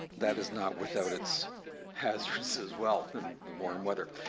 that is not without its hazards as well in the warm weather.